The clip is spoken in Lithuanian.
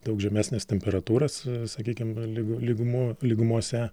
daug žemesnes temperatūras sakykim lyg lygumuo lygumose